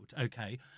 okay